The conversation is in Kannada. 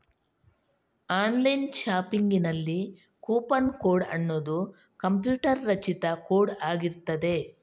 ಆನ್ಲೈನ್ ಶಾಪಿಂಗಿನಲ್ಲಿ ಕೂಪನ್ ಕೋಡ್ ಅನ್ನುದು ಕಂಪ್ಯೂಟರ್ ರಚಿತ ಕೋಡ್ ಆಗಿರ್ತದೆ